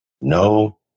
No